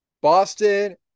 Boston